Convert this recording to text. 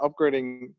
upgrading